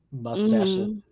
mustaches